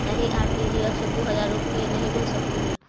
नहीं, आर.टी.जी.एस से तू हजार रुपए नहीं भेज सकलु हे